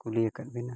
ᱠᱩᱞᱤᱭᱟᱠᱟᱫ ᱵᱮᱱᱟ